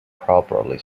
properly